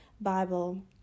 Bible